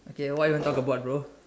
K what you wanna talk about bro